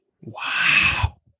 Wow